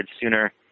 sooner